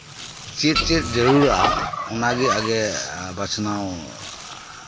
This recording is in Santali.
ᱪᱮᱫᱼᱪᱮᱫ ᱡᱟᱹᱨᱩᱲᱟ ᱚᱱᱟᱜᱮ ᱟᱜᱮ ᱵᱟᱪᱷᱱᱟᱣ